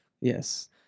Yes